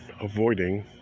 avoiding